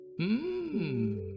Mmm